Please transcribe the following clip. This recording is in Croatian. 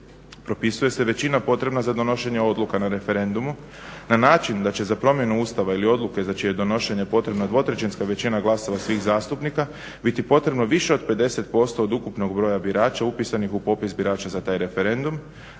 Propisuje se većina potrebna za donošenje odluka na referendumu na način da će za promjenu Ustava ili odluke za čije je donošenje potrebna 2/3-ska većina glasova svih zastupnika biti potrebno više od 50% od ukupnog broja birača upisanih u popis birača za taj referendum,